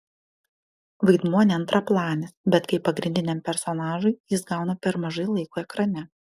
vaidmuo ne antraplanis bet kaip pagrindiniam personažui jis gauna per mažai laiko ekrane